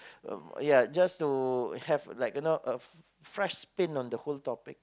um ya just to have like you know a fresh spin on the whole topic